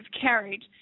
carried